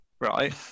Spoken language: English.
right